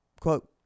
Quote